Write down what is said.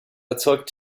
erzeugt